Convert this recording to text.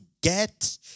get